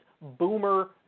boomer